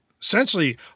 essentially